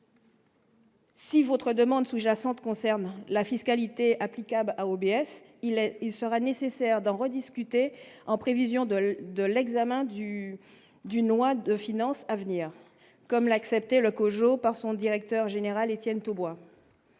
Si votre demande sous-jacente concerne la fiscalité applicable à au BS il il sera nécessaire d'en rediscuter en prévision de l'de l'examen du d'une loi de finances à venir comme l'accepter le COJO par son directeur général Étienne Thobois